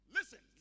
Listen